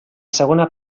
segona